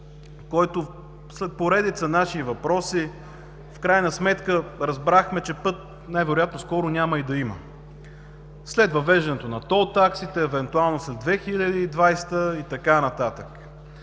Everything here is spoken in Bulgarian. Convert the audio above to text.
който след поредица наши въпроси в крайна сметка разбрахме, че път най-вероятно скоро няма и да има. След въвеждането на тол таксите, евентуално след 2020 г. и така нататък.